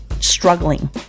struggling